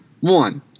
one